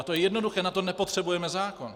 A to je jednoduché, na to nepotřebujeme zákon.